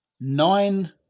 nine